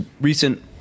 recent